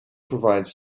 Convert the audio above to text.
provides